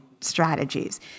strategies